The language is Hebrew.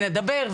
ונדבר,